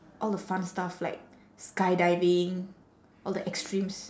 all the fun stuff like sky diving all the extremes